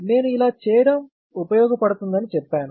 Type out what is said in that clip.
నేను ఇలా చేయడం ఉపయోగపడుతుందని చెప్పాను